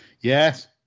Yes